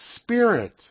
spirit